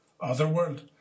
otherworld